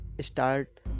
start